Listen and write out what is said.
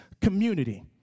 community